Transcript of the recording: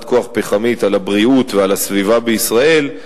כוח פחמית על הבריאות ועל הסביבה בישראל,